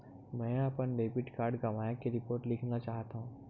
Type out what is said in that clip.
मेंहा अपन debit card गवाए के रिपोर्ट लिखना चाहत हव